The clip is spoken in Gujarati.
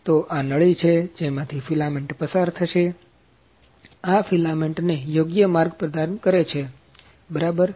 તો આ નળી છે જેમાથી ફિલામેન્ટ પસાર થશે આ ફિલામેન્ટ ને યોગ્ય માર્ગ પ્રદાન કરે છે બરાબર